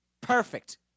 perfect